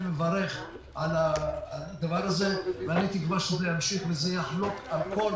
אני מברך על הדבר הזה ואני תקווה שזה ימשיך וזה יכלול הכול,